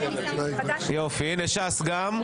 יופי, ש"ס גם.